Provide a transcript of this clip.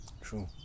True